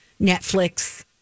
Netflix